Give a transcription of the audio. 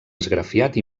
esgrafiat